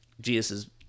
Jesus